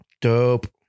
Dope